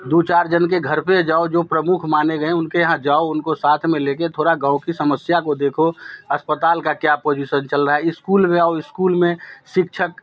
दो चार जन के घर पर जाओ जो प्रमुख माने गए उनके यहाँ जोओ उनका साथ में ले के थोड़ा गाँव की समस्या को देखो अस्पताल का क्या पोजीशन चल रहा है इस्कूल में आओ इस्कूल में शिक्षक